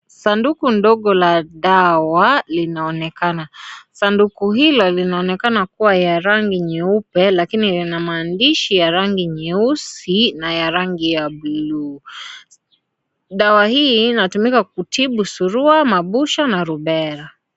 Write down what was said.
Sanduku ndogo la dawa linaonekana, sanduku hilo linaonekana kuwa ya rangi nyeupe lakini lina maandishi ya rangi nyeusi na ya rangi ya bluu, dawa hii inatumika kutibu surua, mabusha, na rubela.